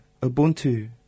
Ubuntu